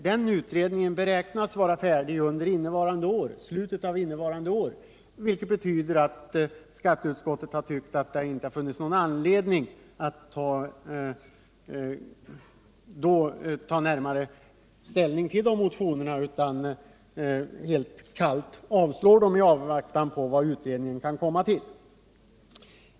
Den utredningen beräknas vara färdig med sitt arbete i slutet av detta år, och utskottet har då ansett att det inte har funnits någon anledning att ta ställning till de motionskraven. Därför har utskottet helt kallt avstyrkt motionerna i avvaktan på den utredningens resultat.